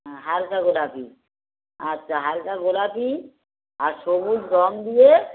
হ্যাঁ হালকা গোলাপি আচ্ছা হালকা গোলাপি আর সবুজ রং দিয়ে